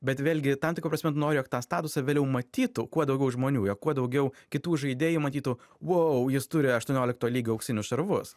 bet vėlgi tam tikra prasme tu nori jog tą statusą vėliau matytų kuo daugiau žmonių jog kuo daugiau kitų žaidėjų matytų vau jis turi aštuoniolikto lygio auksinius šarvus